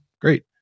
great